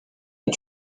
ont